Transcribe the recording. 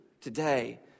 today